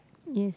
yes